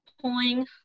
pulling